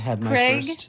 Craig